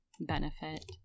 benefit